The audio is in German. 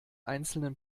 einzelnen